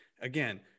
Again